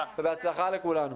בהצלחה לכולנו.